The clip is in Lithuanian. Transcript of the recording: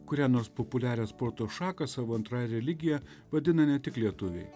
kurią nors populiarią sporto šaką savo antrąja religija vadina ne tik lietuviai